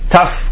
Tough